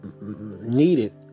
needed